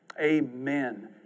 Amen